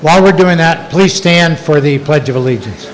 hy we're doing that please stand for the pledge of allegiance